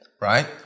right